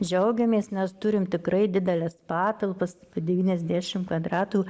džiaugiamės nes turim tikrai dideles patalpas apie devyniasdešim kvadratų